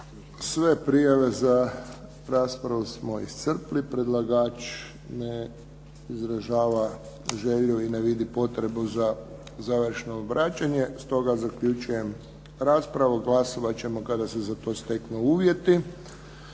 Sve prijave za raspravu smo iscrpili. Predlagač ne izražava želju i ne vidi potrebu za završno obraćanje. Stoga zaključujem raspravu. Glasovat ćemo kada se za to steknu uvjeti.